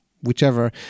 whichever